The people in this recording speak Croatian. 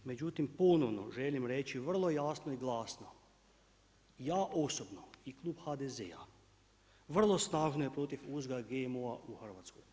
Međutim, ponovno želim reći vrlo jasno i glasno ja osobno i klub HDZ-a vrlo snažno je protiv uzgoja GMO-a u Hrvatskoj.